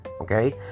Okay